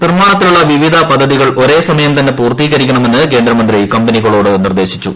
നിർമ്മാണത്തിലുള്ള വിവിധ പദ്ധിതകൾ ഒരേ സമയം തന്നെ പൂർത്തീകരിക്കണമെന്ന് കേന്ദ്ര മന്ത്രി കമ്പനികളോട് നിർദ്ദേശിച്ചു